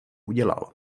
udělal